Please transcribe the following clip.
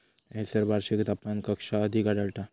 खैयसर वार्षिक तापमान कक्षा अधिक आढळता?